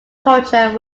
culture